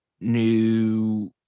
new